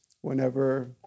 whenever